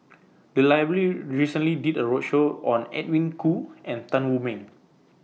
The Library recently did A roadshow on Edwin Koo and Tan Wu Meng